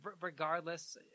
regardless